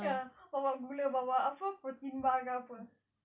ya bawa gula bawa apa protein bar ke apa